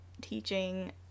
teaching